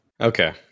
okay